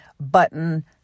button